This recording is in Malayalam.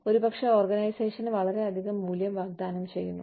ഒരുപക്ഷേ ഓർഗനൈസേഷന് വളരെയധികം മൂല്യം വാഗ്ദാനം ചെയ്യുന്നു